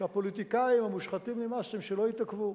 שהפוליטיקאים, ה"מושחתים נמאסתם" שלא יתעכבו.